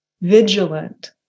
vigilant